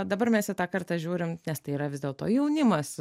dabar mes į tą kartą žiūrim nes tai yra vis dėlto jaunimas